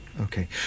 Okay